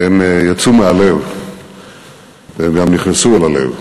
הם יצאו מהלב והם גם נכנסו אל הלב,